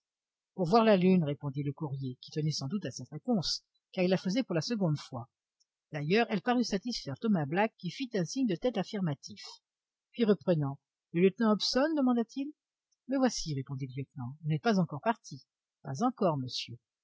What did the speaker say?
pour voir la lune répondit le courrier qui tenait sans doute à cette réponse car il la faisait pour la seconde fois d'ailleurs elle parut satisfaire thomas black qui fit un signe de tête affirmatif puis reprenant le lieutenant hobson demanda-t-il me voici répondit le lieutenant vous n'êtes pas encore parti pas encore monsieur